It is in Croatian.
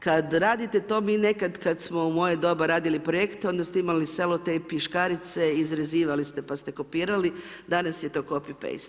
Kada radite to mi nekad, kad smo u moje doba radili projekte onda ste imali selotejp i škarice, izrezivali ste, pa ste kopirali, danas je to copy paste.